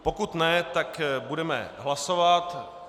Pokud ne, tak budeme hlasovat.